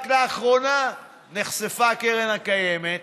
רק לאחרונה נחשף שהקרן הקיימת,